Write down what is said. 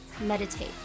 meditate